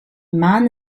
man